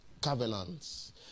covenants